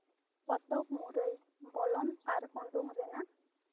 ᱯᱚᱛᱚᱵ ᱢᱩᱨᱟᱹᱭ ᱵᱚᱞᱚᱱ ᱟᱨ ᱩᱰᱩᱠ ᱨᱮᱱᱟᱜ